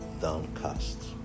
downcast